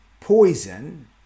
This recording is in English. poison